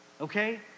okay